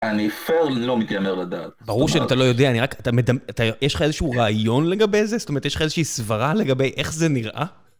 אני פר לא מתיימר לדעת. ברור שאתה לא יודע, אני רק, יש לך איזשהו רעיון לגבי זה? זאת אומרת, יש לך איזושהי סברה לגבי איך זה נראה?